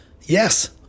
Yes